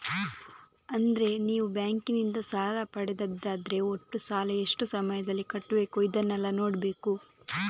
ಅಂದ್ರೆ ನೀವು ಬ್ಯಾಂಕಿನಿಂದ ಸಾಲ ಪಡೆದದ್ದಾದ್ರೆ ಒಟ್ಟು ಸಾಲ, ಎಷ್ಟು ಸಮಯದಲ್ಲಿ ಕಟ್ಬೇಕು ಇದನ್ನೆಲ್ಲಾ ನೋಡ್ಬೇಕು